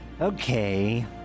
Okay